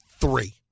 three